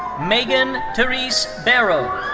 megan therese barrow.